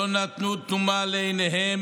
לא נתנו תנומה לעיניהם,